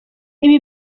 ibi